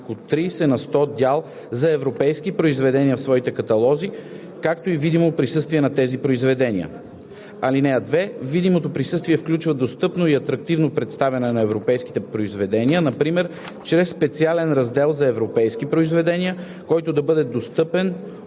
30 на сто дял за европейски произведения в своите каталози, както и видимо присъствие на тези произведения. (2) Видимото присъствие включва достъпно и атрактивно представяне на европейските произведения например чрез специален раздел за европейски произведения, който да бъде достъпен